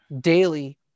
daily